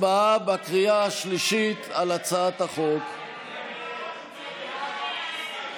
הסגר הזה הוא הוכחה לכישלון הממשלה בניהול הקורונה.